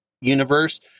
universe